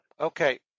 Okay